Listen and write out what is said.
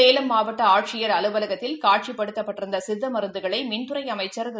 சேலம் மாவட்டஆட்சியர் அலுவலகத்தில் காட்சிப்படுத்தப்பட்டிருந்தசித்தமருந்துகளைமின்துறைஅமைச்சா் திரு